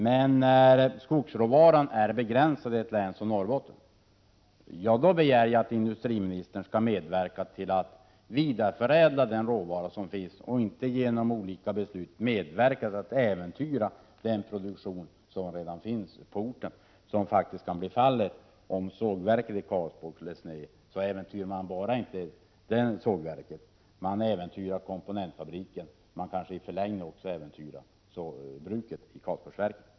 Men när skogsråvaran är begränsad i Norrbotten begär jag att industriministern skall medverka till vidare förädling av den råvara som finns och inte genom olika beslut medverka till att äventyra den produktion som redan finns på orten, vilket faktiskt skulle bli fallet om sågverket i Karlsborg skulle läggas ner. Man skulle äventyra inte bara sågverket utan också komponentfabriken; man kanske i förlängningen också skulle äventyra Karlsborgsanläggningarna.